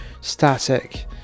static